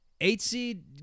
Eight-seed